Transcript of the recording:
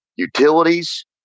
utilities